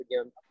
again